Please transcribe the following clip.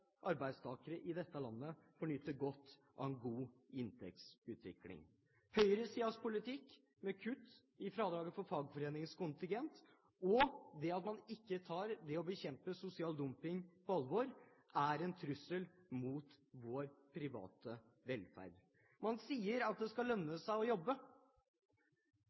arbeidstakere i dette landet får nyte godt av en god inntekstutvikling. Høyresidens politikk, med kutt i fradraget for fagforeningskontingent og at man ikke tar det å bekjempe sosial dumping på alvor, er en trussel mot vår private velferd. Man sier at det skal lønne seg å jobbe.